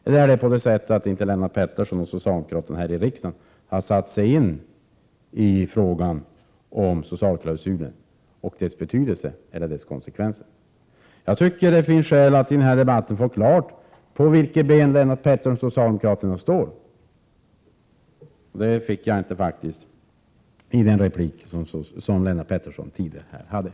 Eller har Lennart Pettersson och socialdemokraterna här i riksdagen inte satt sig in i frågan om socialklausulen och dess betydelse eller konsekvenser. Jag tycker att det finns skäl att i denna debatt få klart för sig på vilket ben Lennart Pettersson och socialdemokraterna står. Det fick jag faktiskt inte genom Lennart Petterssons tidigare inlägg.